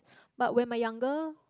but when my younger